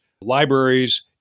libraries